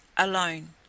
alone